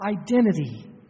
identity